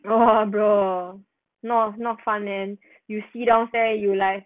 !wah! bro no not fun leh you see down there you like